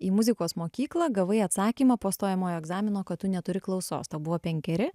į muzikos mokyklą gavai atsakymą po stojamojo egzamino kad tu neturi klausos tau buvo penkeri